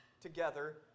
together